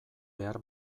behar